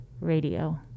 Radio